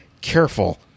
careful